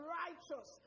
righteous